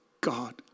God